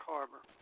Harbor